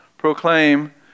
Proclaim